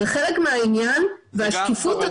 זה חלק מהעניין והשקיפות.